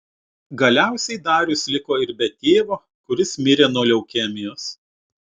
galiausiai darius liko ir be tėvo kuris mirė nuo leukemijos